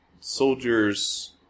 soldiers